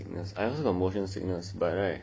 motion sickness I also got motion sickness but right